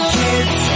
kids